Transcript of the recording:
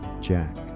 Jack